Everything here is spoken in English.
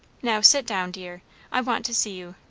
now sit down, dear i want to see you.